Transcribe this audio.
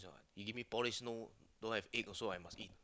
you give me porridge no don't have egg also I must eat